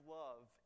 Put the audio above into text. love